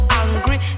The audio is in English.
angry